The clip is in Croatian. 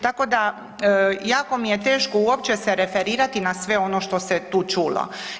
Tako da jako mi je teško uopće se referirati na sve ono što se tu čulo.